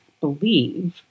believe